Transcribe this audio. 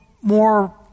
more